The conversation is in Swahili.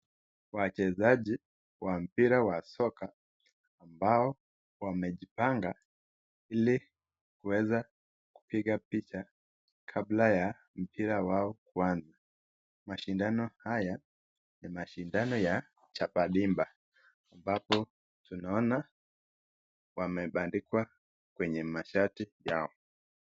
Wachezaji wa mpira wa soka ambao wamejipanga ili kuweze kupiga picha kabla ya mpira wao kuanza. Mashindano haya ni mashindano ya chapa dimba ambapo tunaona wamebandikwa kwenye mashati yao.